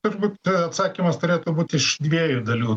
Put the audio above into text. turbūt atsakymas turėtų būt iš dviejų dalių